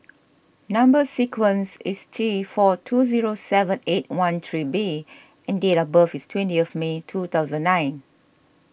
Number Sequence is T four two zero seven eight one three B and date of birth is twenty May two thousand and nine